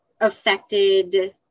affected